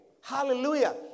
Hallelujah